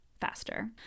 faster